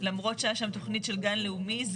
למרות שהיתה שם תכנית של גן לאומי,